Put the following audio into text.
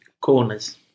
Corners